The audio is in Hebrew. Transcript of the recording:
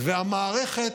והמערכת,